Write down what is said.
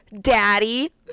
daddy